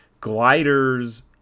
gliders